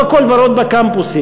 לא הכול ורוד בקמפוסים,